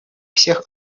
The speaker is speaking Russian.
всех